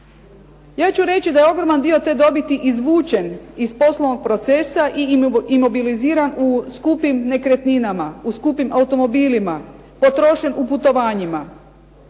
Ja ću reći da je ogroman dio te dobiti izvučen iz poslovnog procesa i imobiliziran u skupim nekretninama, u skupim automobilima, potrošnjom u putovanjima.